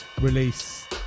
release